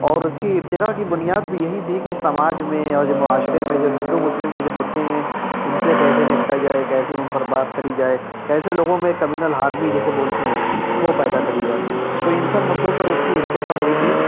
اور اس کی ارتقا کی بنیاد بھی یہی تھی کہ سماج میں اور جو معاشرے میں جو ہندو مسلم کے جو مدعے ہیں ان سے کیسے نپٹا جائے کیسے ان پر بات کری جائے کیسے لوگوں میں کمیونل ہارمی جسے بولتے ہیں وہ پیدا کری جائے تو ان سب مدوں پر اس کی ارتقا ہوئی تھی